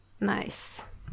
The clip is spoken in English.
Nice